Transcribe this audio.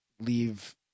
leave